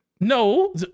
No